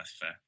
fair